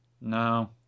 No